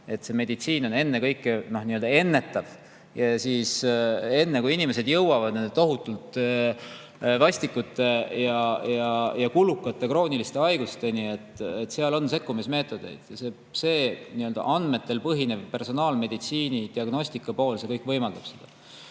et meditsiin on ennekõike ennetav. Ehk enne, kui inimesed jõuavad tohutult vastikute ja kulukate krooniliste haigusteni, on sekkumismeetodeid. Ja see andmetel põhinev personaalmeditsiini diagnostika pool võimaldab seda.